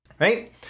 Right